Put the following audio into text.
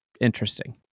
interesting